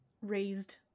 raised